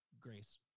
grace